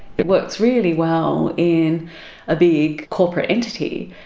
it works really well in a big corporate entity,